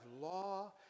law